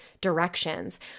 directions